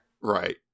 Right